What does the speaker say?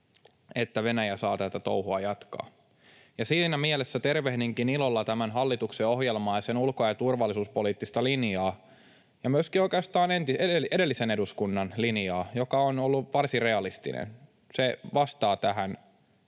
että Venäjä saa tätä touhua jatkaa. Siinä mielessä tervehdinkin ilolla tämän hallituksen ohjelmaa ja sen ulko- ja turvallisuuspoliittista linjaa ja oikeastaan myöskin edellisen eduskunnan linjaa, joka on ollut varsin realistinen. Se vastaa tähän